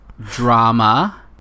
drama